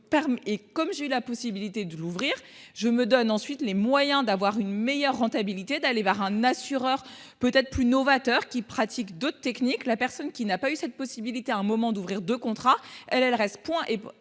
et comme j'ai eu la possibilité de l'ouvrir. Je me donne ensuite les moyens d'avoir une meilleure rentabilité d'aller vers un assureur peut être plus novateur qui pratique d'autres techniques. La personne qui n'a pas eu cette possibilité à un moment d'ouvrir de contrat elle elle reste point est lié